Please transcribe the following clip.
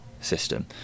system